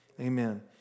Amen